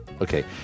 Okay